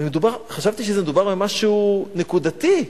חשבתי שמדובר על משהו נקודתי,